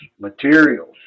materials